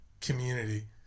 community